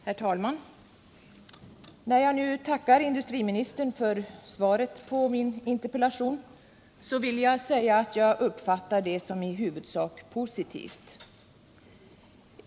Herr talman! När jag nu tackar industriministern för svaret på min interpellation vill jag säga att jag uppfattar det som i huvudsak positivt.